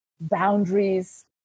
boundaries